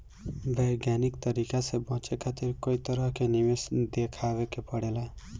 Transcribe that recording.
वैज्ञानिक तरीका से बचे खातिर कई तरह के निवेश देखावे के पड़ेला